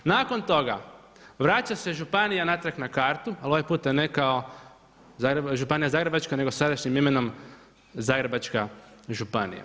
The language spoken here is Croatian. Nakon toga vraća se županija natrag na kartu ali ovaj puta ne kao Županija Zagrebačka nego sadašnjim imenom Zagrebačka Županija.